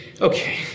okay